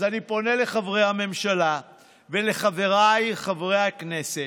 אז אני פונה לחברי הממשלה ולחבריי חברי הכנסת: